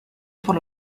por